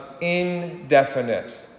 indefinite